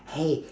!hey!